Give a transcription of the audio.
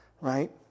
Right